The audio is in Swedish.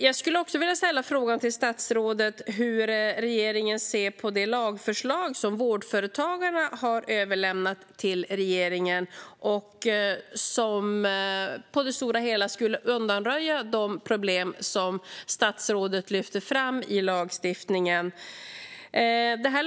Jag skulle också vilja fråga statsrådet hur regeringen ser på det lagförslag som Vårdföretagarna har överlämnat till regeringen och som på det stora hela skulle undanröja de problem i lagstiftningen som statsrådet lyfte fram.